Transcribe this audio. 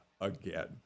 again